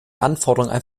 anforderungen